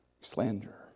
slander